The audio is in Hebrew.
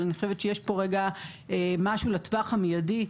אבל יש פה משהו לטווח המידי,